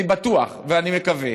אני בטוח ואני מקווה